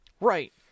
Right